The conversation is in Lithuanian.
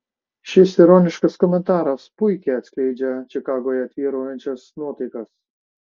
šis ironiškas komentaras puikiai atskleidžia čikagoje tvyrančias nuotaikas